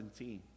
17